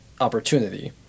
opportunity